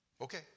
Okay